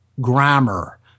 grammar